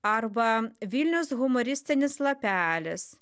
arba vilniaus humoristinis lapelis